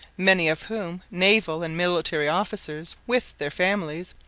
many of whom, naval and military officers, with their families,